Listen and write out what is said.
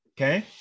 okay